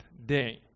day